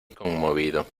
conmovido